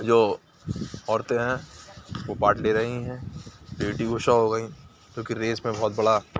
جو عورتیں ہیں وہ پارٹ لے رہی ہیں پی ٹی اوشا ہو گئیں جو کہ ریس میں بہت بڑا